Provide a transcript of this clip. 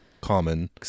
common